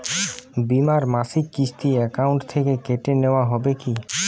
বিমার মাসিক কিস্তি অ্যাকাউন্ট থেকে কেটে নেওয়া হবে কি?